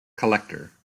collector